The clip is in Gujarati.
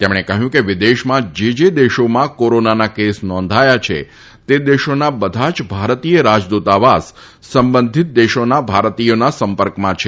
તેમણે કહ્યું કે વિદેશના જે જે દેશોમાં કોરોનાના કેસ નોંધાયા છે તે દેશોના બધા જ ભારતીય રાજદુતાવાસ સંબંધીત દેશોના ભારતીયોના સંપર્કમાં છે